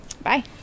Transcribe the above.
bye